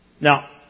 Now